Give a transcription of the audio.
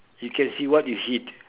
you can see what you hit